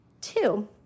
two